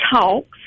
talks